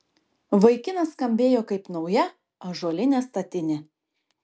vaikinas skambėjo kaip nauja ąžuolinė statinė